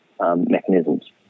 mechanisms